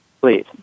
Please